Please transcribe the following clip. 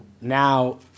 now